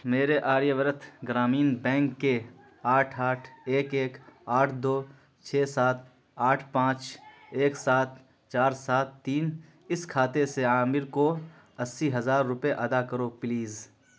میرے Aryavart Gramin bank کے آٹھ آٹھ ایک ایک آٹھ دو چھ سات آٹھ پانچ ایک سات چار سات تین اس کھاتے سے عامر کو اسی ہزار روپے ادا کرو پلیز